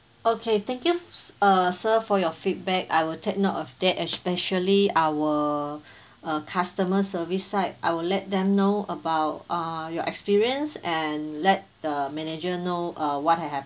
okay thank you err sir for your feedback I will take note of that especially our err customer service side I will let them know about err your experience and let the manager know err what have happened